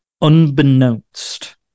unbeknownst